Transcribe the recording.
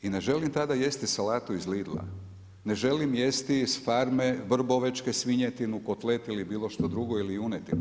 I ne želim tada jesti salatu iz Lidla, ne želim jesti s farme vrbovečke svinjetinu, kotlet ili bilo što drugo, junetinu.